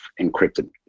encrypted